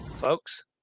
folks